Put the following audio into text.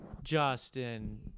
Justin